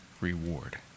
reward